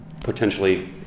potentially